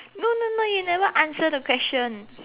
no no no you never answer the question